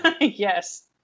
Yes